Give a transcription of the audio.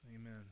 Amen